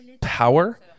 power